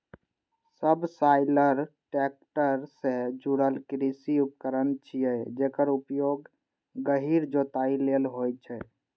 subsoiler tractor सं जुड़ल कृषि उपकरण छियै, जेकर उपयोग गहींर जोताइ लेल होइ छै